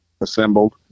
assembled